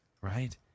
right